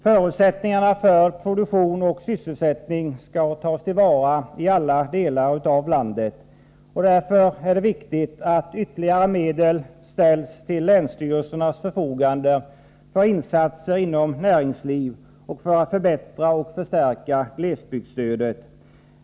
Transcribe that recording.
Förutsättningarna för produktion och sysselsättning skall tas till vara i alla delar av landet. Det är därför viktigt att ytterligare medel ställs till länsstyrelsernas förfogande för insatser inom näringslivet och för att förbättra och förstärka glesbygdsstödet.